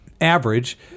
average